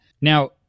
Now